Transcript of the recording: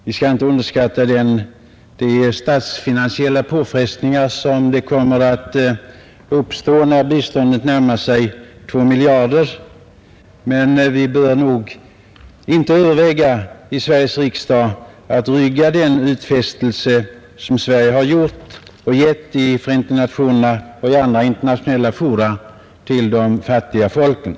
Vi skall inte underskatta de statsfinansiella påfrestningar som kommer att uppstå när biståndet närmar sig 2 miljarder. Men vi bör nog inte i riksdagen överväga att rygga den utfästelse som Sverige har gett i Förenta nationerna och inför andra internationella fora till de fattiga folken.